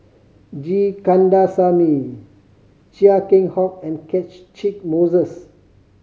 G Kandasamy Chia Keng Hock and Catchick Moses